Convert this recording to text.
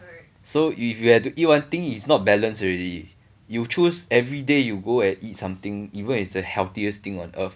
so if you have to eat one thing is not balance already you choose everyday you go and eat something even if the healthiest thing on earth